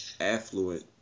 affluent